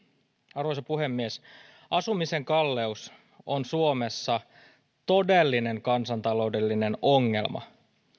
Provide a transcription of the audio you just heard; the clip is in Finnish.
arvoisa puhemies asumisen kalleus on suomessa todellinen kansantaloudellinen ongelma